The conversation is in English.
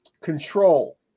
control